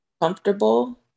comfortable